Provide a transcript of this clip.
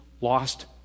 lost